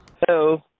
Hello